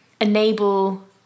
enable